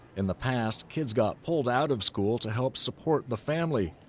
in the past, kids got pulled out of school to help support the family,